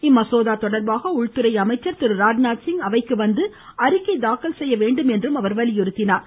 இம்மசோதா தொடர்பாக உள்துறை அமைச்சர் திரு ராஜ்நாத் சிங் அவைக்கு வந்து அறிக்கை தாக்கல் செய்ய வேண்டும் என்று அவர் வலியுறுத்தினார்